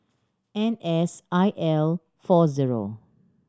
N S I L four zero